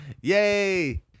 Yay